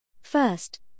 First